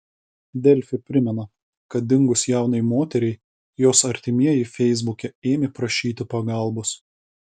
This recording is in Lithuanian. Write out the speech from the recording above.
delfi primena kad dingus jaunai moteriai jos artimieji feisbuke ėmė prašyti pagalbos